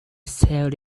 sailed